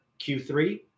Q3